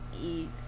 eat